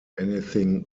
anything